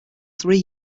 three